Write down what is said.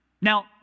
Now